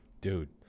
Dude